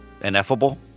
Ineffable